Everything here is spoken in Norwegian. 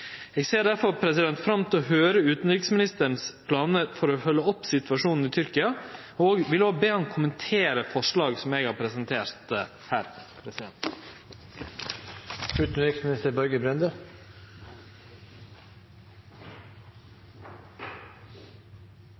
Eg ser difor fram til å høyre kva planar utanriksministeren har for å følgje opp situasjonen i Tyrkia, og vil òg be han kommentere forslaga som eg har presentert her.